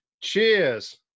cheers